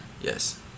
Yes